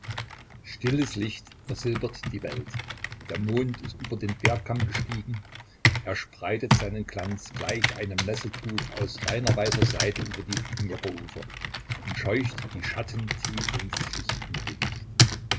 stilles licht versilbert die welt der mond ist über den bergkamm gestiegen er spreitet seinen glanz gleich einem nesseltuch aus seiner weißer seide über die dnjeprufer und scheucht die schatten tief ins